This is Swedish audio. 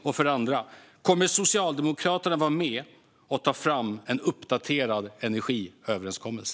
Och för det andra: Kommer Socialdemokraterna att vara med och ta fram en uppdaterad energiöverenskommelse?